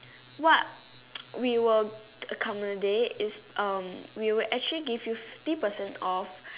what we will accommodate is um we will actually give you fifty percent off